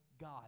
God